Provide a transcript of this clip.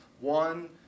one